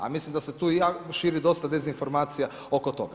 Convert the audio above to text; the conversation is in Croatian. A mislim da se tu širi dosta dezinformacija oko toga.